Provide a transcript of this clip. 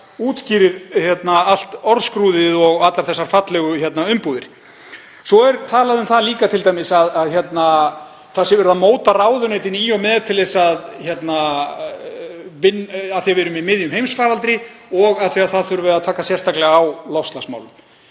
útskýrir allt orðskrúðið og allar þessar fallegu umbúðir. Svo er talað um það líka t.d. að það sé verið að móta ráðuneytin í og með af því að við erum í miðjum heimsfaraldri og af því að það þurfi að taka sérstaklega á loftslagsmálum.